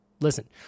Listen